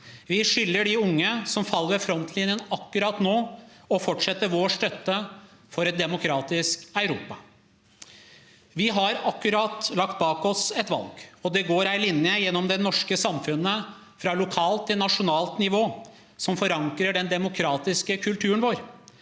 Vi skylder de unge som faller ved frontlinjen akkurat nå, å fortsette vår støtte for et demokratisk Europa. Vi har akkurat lagt bak oss et valg, og det går en linje gjennom det norske samfunnet fra lokalt til nasjonalt nivå som forankrer den demokratiske kulturen vår.